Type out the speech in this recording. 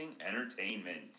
entertainment